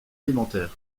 alimentaires